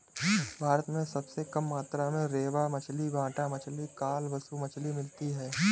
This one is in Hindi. भारत में सबसे कम मात्रा में रेबा मछली, बाटा मछली, कालबासु मछली मिलती है